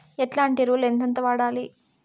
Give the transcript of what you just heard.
ఎట్లాంటి ఎరువులు ఎంతెంత వాడాలి?